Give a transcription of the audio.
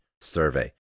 survey